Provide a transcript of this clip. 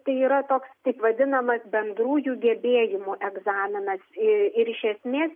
tai yra toks taip vadinamas bendrųjų gebėjimų egzaminas ir iš esmės